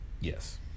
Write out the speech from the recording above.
Yes